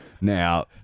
Now